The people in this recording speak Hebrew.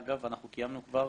אגב, אנחנו קיימנו כבר